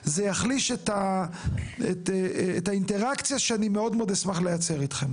זה יחליש את האינטראקציה שאני מאוד אשמח ליצר איתכם.